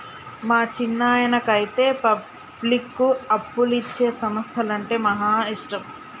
మా చిన్నాయనకైతే పబ్లిక్కు అప్పులిచ్చే సంస్థలంటే మహా ఇష్టం